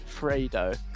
Fredo